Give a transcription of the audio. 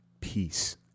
peace